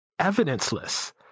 evidenceless